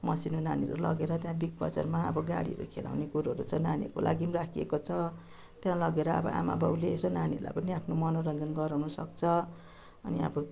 मसिनो नानीहरू लगेर त्यहाँ बिग् बजारमा अब गाडीहरू खेलाउने कुरोहरू छ नानीहरूको लागि पनि राखिएको छ त्यहाँ लगेर अब आमा बाउले यसो नानीहरूलाई पनि आफ्नो मनोरञ्जन गराउन सक्छ अनि अब